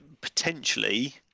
potentially